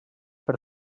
per